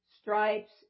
stripes